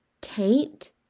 taint